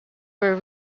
were